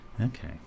Okay